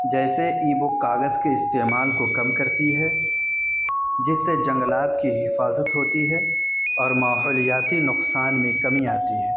جیسے e book کاغذ کے استعمال کو کم کرتی ہے جس سے جنگلات کی حفاظت ہوتی ہے اور ماحولیاتی نقصان میں کمی آتی ہے